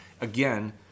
again